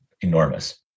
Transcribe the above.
enormous